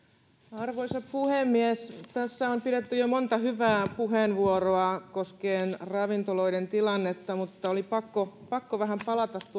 arvoisa puhemies tässä on pidetty jo monta hyvää puheenvuoroa koskien ravintoloiden tilannetta mutta oli pakko pakko vähän palata